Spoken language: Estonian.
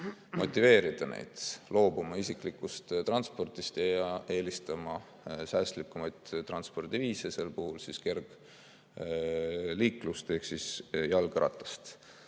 motiveerida neid loobuma isiklikust transpordist ja eelistama säästlikumaid transpordiviise, sel puhul siis kergliiklust ehk jalgratast.